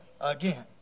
again